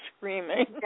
screaming